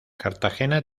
cartagena